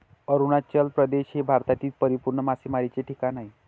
अरुणाचल प्रदेश हे भारतातील परिपूर्ण मासेमारीचे ठिकाण आहे